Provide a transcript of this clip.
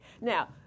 Now